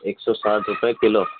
ایک سو ساٹھ روپے کلو